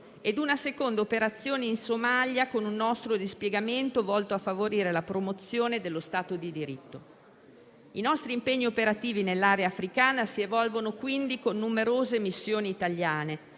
ed una seconda operazione in Somalia, con un nostro dispiegamento volto a favorire la promozione dello Stato di diritto. I nostri impegni operativi nell'area africana si evolvono quindi con numerose missioni italiane,